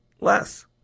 less